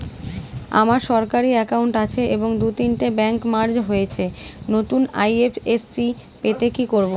আমার সরকারি একাউন্ট আছে এবং দু তিনটে ব্যাংক মার্জ হয়েছে, নতুন আই.এফ.এস.সি পেতে কি করব?